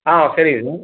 ஆ சரிங்க சார்